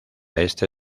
este